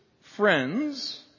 friends